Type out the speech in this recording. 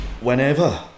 Whenever